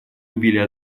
убили